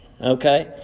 okay